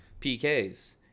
PKs